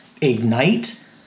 Ignite